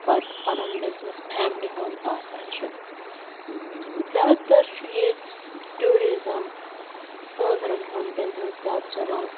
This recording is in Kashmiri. پَتہٕ پَنُن بِزنِس فیملی ہُنٛد آسان چھُ زیادٕ تَر چھُ ییٚتہِ ٹوٗرِزٕم سٲلرَن ہُنٛد بِزنِس زیادٕ چلان